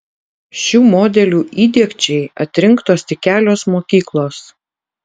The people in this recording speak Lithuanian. šių modelių įdiegčiai atrinktos tik kelios mokyklos